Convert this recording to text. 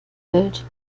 welt